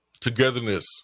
togetherness